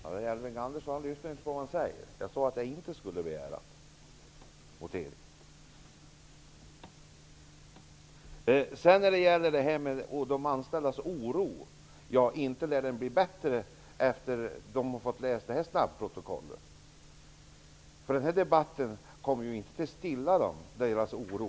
Herr talman! Elving Andersson lyssnar inte på vad jag säger. Jag sade att jag inte skulle begära votering. Inte lär de postanställdas oro bli bättre efter det att de har läst det här snabbprotokollet. Den här kommer efter vad jag förstår inte att stilla deras oro.